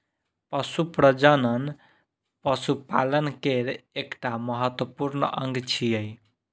पशु प्रजनन पशुपालन केर एकटा महत्वपूर्ण अंग छियै